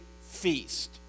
feast